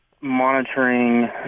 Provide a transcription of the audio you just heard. monitoring